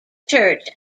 church